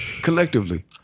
Collectively